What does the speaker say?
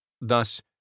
Thus